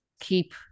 keep